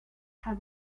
has